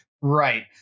Right